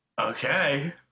Okay